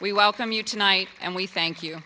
we welcome you tonight and we thank you